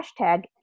hashtag